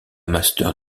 master